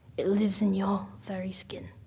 it lives in your very skin.